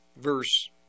verse